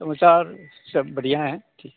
समाचार सब बढ़िया है ठी